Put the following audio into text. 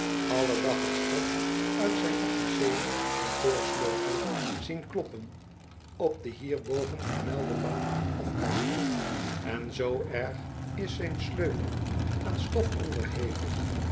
alle dag t stof uit zijn officieelen kantoorsleutel zien kloppen op de hierboven vermelde bank of kast en zoo erg is zijn sleutel aan stof onderhevig